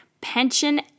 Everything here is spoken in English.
pension